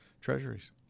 treasuries